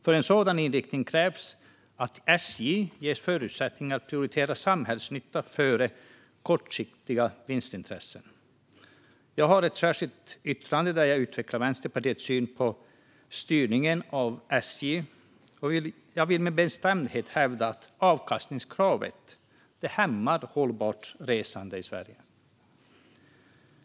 För en sådan inriktning krävs att SJ ges förutsättningar att prioritera samhällsnytta före kortsiktiga vinstintressen. Jag har ett särskilt yttrande där jag utvecklar Vänsterpartiets syn på styrningen av SJ. Jag vill med bestämdhet hävda att avkastningskravet hämmar hållbart resande i Sverige.